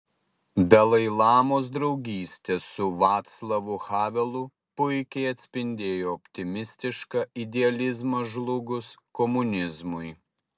dalai lamos draugystė su vaclavu havelu puikiai atspindėjo optimistišką idealizmą žlugus komunizmui